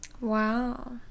Wow